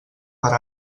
per